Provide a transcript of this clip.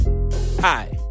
Hi